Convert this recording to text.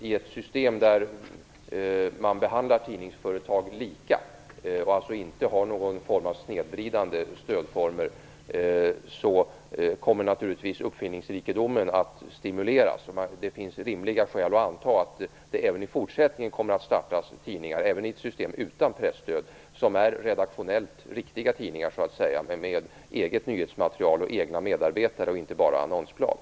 I ett system där man behandlar tidningsföretag lika och inte har någon form av snedvridande stödformer kommer naturligtvis uppfinningsrikedomen att stimuleras. Det finns rimliga skäl att anta att det även i fortsättningen kommer att startas tidningar - även i ett system utan presstöd - som är redaktionellt riktiga med eget nyhetsmaterial och egna medarbetare och inte bara ett annonsblad.